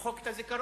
למחוק את הזיכרון,